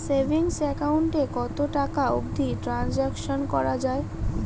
Savings account এ কতো টাকা অবধি ট্রানসাকশান করা য়ায়?